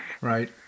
Right